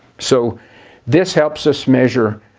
so this helps us measure